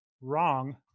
wrong